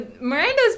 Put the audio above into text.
Miranda's